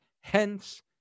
hence